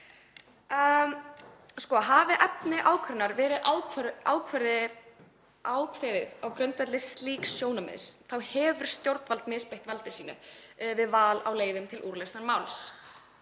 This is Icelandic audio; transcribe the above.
Hafi efni ákvörðunar verið ákveðið á grundvelli slíks sjónarmiðs þá hefur stjórnvaldið misbeitt valdi sínu við val á leiðum til úrlausnar máls.